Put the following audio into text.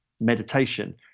meditation